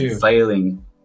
failing